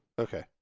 Okay